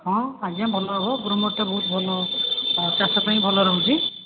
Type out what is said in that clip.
ହଁ ଆଜ୍ଞା ଭଲ ହବ ଛି ବହୁତ ଭଲ ଚାଷ ପାଇଁ ଭଲ ରହୁଛି